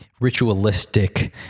ritualistic